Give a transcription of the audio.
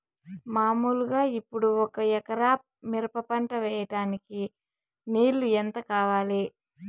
మామూలుగా ఇప్పుడు ఒక ఎకరా మిరప పంట వేయడానికి నీళ్లు ఎంత కావాలి?